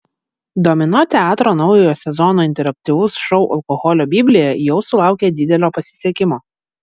domino teatro naujojo sezono interaktyvus šou alkoholio biblija jau sulaukė didelio pasisekimo